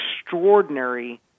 extraordinary